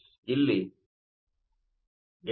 ಆದ್ದರಿಂದ ಇಲ್ಲಿ 833